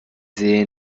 sähe